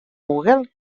google